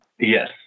yes